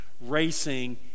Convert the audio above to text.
racing